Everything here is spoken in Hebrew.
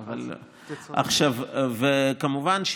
כמובן,